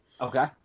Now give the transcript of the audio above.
Okay